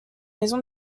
maison